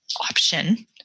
option